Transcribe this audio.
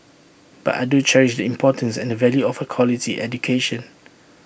but I do cherish the importance and the value of A quality education